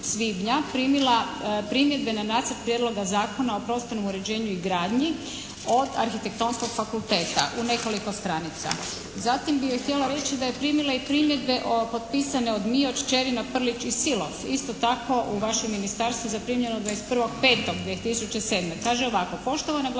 primila primjedbe na Nacrt prijedloga Zakona o prostornom uređenju i gradnji od Arhitektonskog fakulteta u nekoliko stranica. Zatim bih joj htjela reći da je primila i primjedbe o potpisane od Mioć, Čerina, Prlić i Silov isto tako u vašem ministarstvu zaprimljeno 21.5.2007. Kaže ovako: "Poštovana